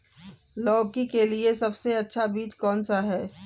लौकी के लिए सबसे अच्छा बीज कौन सा है?